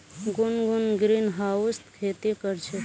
गुनगुन ग्रीनहाउसत खेती कर छ